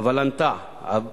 הוולנת"ע,